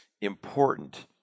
important